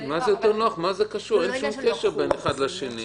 אין קשר בין אחד לשני.